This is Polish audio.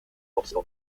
mocno